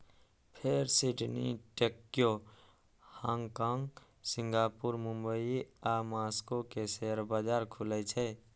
फेर Sydney, Tokyo, Hong Kong, Singapore, Mumbai आ Moscow के शेयर बाजार खुलै छै